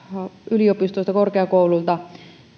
yliopistoista ja korkeakouluilta